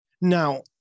Now